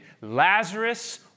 Lazarus